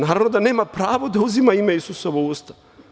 Naravno da nema pravo da uzima ime Isusovo u usta.